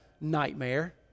nightmare